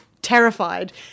terrified